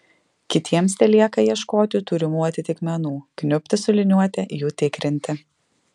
kitiems telieka ieškoti turimų atitikmenų kniubti su liniuote jų tikrinti